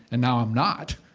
and now i'm not,